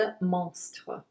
Monstre